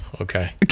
Okay